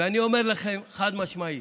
ואני אומר לכם חד-משמעית: